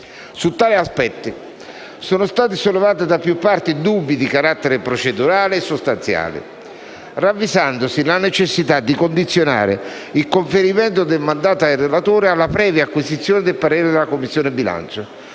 Su tale aspetto sono stati sollevati, da più parti, dubbi di carattere procedurale e sostanziale, ravvisandosi la necessità di condizionare il conferimento del mandato ai relatori alla previa acquisizione del parere della Commissione bilancio,